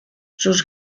sus